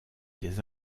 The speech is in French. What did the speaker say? des